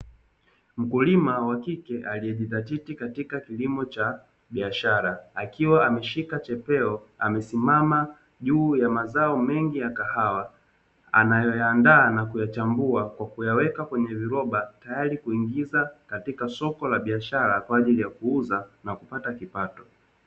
Mkulima wa kike aliyejidhatiti katika kilimo cha biashara akiwa ameshika chepeo, amesimama juu mazao mengi ya kahawa anayoyaandaa na kuyachambua kwa kuyaweka kwenye viroba tayari kuingiza katika soko la biashara kwa ajili ya kuuza na kupata kipato.